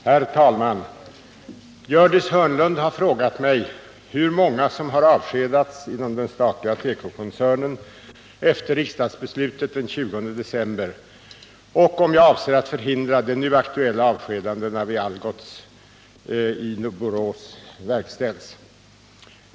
Herr talman! Gördis Hörnlund har frågat mig hur många som har avskedats inom den statliga tekokoncernen efter riksdagsbeslutet den 20 december 1978 och om jag avser att förhindra att de nu aktuella avskedandena vid Algots i Borås verkställs.